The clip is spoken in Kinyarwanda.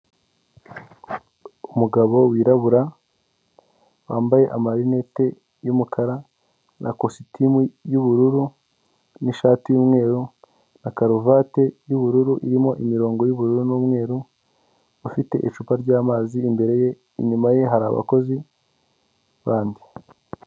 Umugabo wirabura wambaye amarinete y'umukara na kositimu y'ubururu nishati y'umweru na karuvati y'ubururu irimo imirongo y'ubururu n'umweru ufite icupa ryamazi imbere ye inyuma ye hari abakozi bandi.